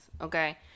Okay